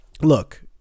Look